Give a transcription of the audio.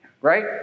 right